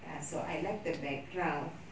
ya so I like the background